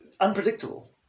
unpredictable